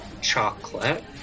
chocolate